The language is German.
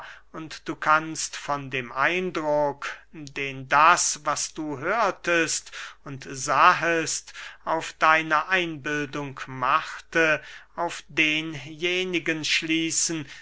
und du kannst von dem eindruck den das was du hörtest und sahest auf deine einbildung machte auf denjenigen schließen